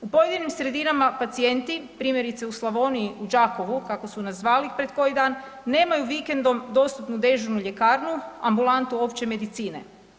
U pojedinim sredinama pacijenti, primjerice u Slavoniji, u Đakovu kako su nas zvali pred koji dan, nemaju vikendom dostupnu dežurnu ljekarnu, ambulantu opće medicine.